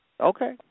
Okay